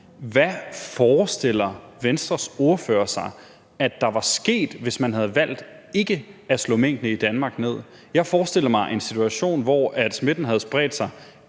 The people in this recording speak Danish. Hvad forestiller Venstres ordfører sig, at der var sket, hvis man havde valgt ikke at slå minkene i Danmark ned? Jeg forestiller mig en situation, hvor smitten havde spredt sig